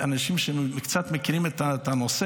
אלה מספרים מדהימים, אנשים שקצת מכירים את הנושא,